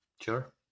Sure